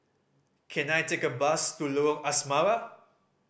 can I take a bus to Lorong Asrama